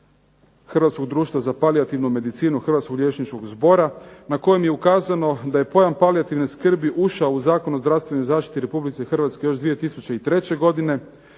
Hrvatskog društva za palijativnu medicinu hrvatskog liječničkog zbora na kojem je ukazano da je pojam palijativne skrbi ušao u Zakon o zdravstvenoj zaštiti Republike Hrvatske još 2003. godine.